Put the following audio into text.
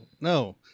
no